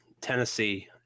Tennessee –